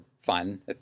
fun